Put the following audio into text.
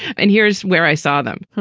and here's where i saw them.